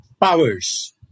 powers